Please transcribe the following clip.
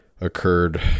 occurred